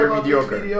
mediocre